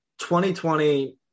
2020